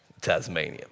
Tasmania